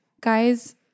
guys